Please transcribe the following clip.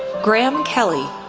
graham kelly,